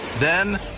then,